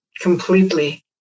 completely